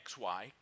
XY